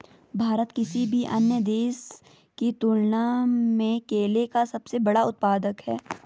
भारत किसी भी अन्य देश की तुलना में केले का सबसे बड़ा उत्पादक है